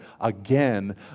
again